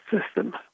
system